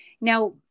Now